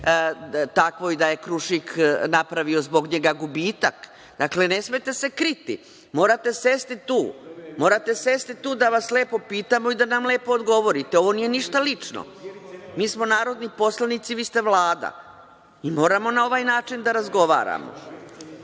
takvo da je „Krušik“ napravio zbog njega gubitak. Dakle, ne smete se kriti. Morate sesti tu da vas lepo pitamo i da nam lepo odgovorite. Ovo nije ništa lično. Mi smo narodni poslanici, vi ste Vlada. I moramo na ovaj način da razgovaramo. Moramo